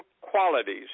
qualities